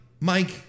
Mike